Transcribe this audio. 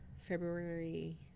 february